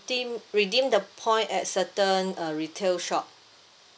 redeem redeem the point at certain uh retail shop